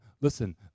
Listen